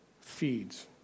feeds